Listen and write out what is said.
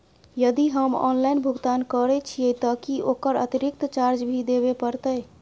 यदि हम ऑनलाइन भुगतान करे छिये त की ओकर अतिरिक्त चार्ज भी देबे परतै?